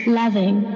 loving